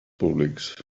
públics